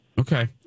Okay